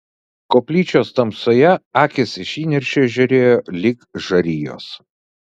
koplyčios tamsoje akys iš įniršio žėrėjo lyg žarijos